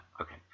okay